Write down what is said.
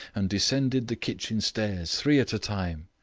and descended the kitchen stairs three at a time.